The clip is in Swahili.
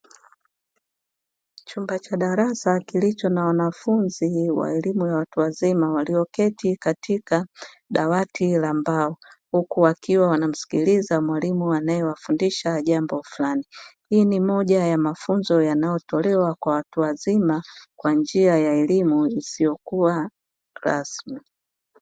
Chumba cha darasa kilicho na wanafunzi wa elimu ya watu wazima walioketi katika dawati la mbao, huku wakiwa wanamsikiliza mwalimu anayewafundisha jambo fulani. Hii ni moja ya mafunzo yanayotolewa kwa watu wazima kwa njia ya elimu isiyokuwa rasmi.